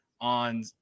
on